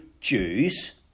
Jews